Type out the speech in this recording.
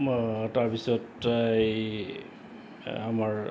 তাৰ পিছত এই আমাৰ